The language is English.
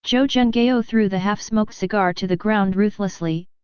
zhenghao threw the half-smoked cigar to the ground ruthlessly,